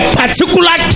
particular